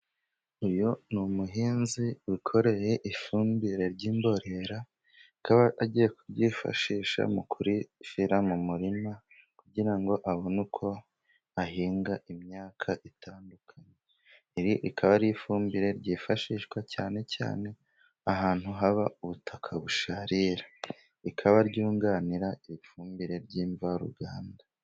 Uyu ni umuhinzi wikoreye ifumbire ry’imborera, akaba agiye kuryifashisha mu kurishyira mu murima kugira ngo abone uko ahinga imyaka itandukanye. Iri rikaba ari ifumbire ryifashishwa cyane cyane ahantu haba ubutaka busharira, rikaba ryunganira ifumbire ry’imvaruganda.